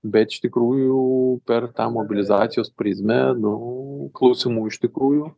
bet iš tikrųjų per tą mobilizacijos prizmę nu klausimų iš tikrųjų